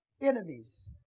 enemies